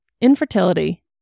infertility